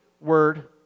word